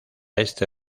este